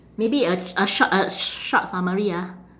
maybe a a short a short summary ah